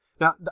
now